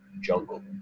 jungle